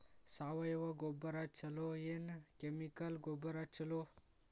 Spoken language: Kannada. ಸಾವಯವ ಗೊಬ್ಬರ ಛಲೋ ಏನ್ ಕೆಮಿಕಲ್ ಗೊಬ್ಬರ ಛಲೋ?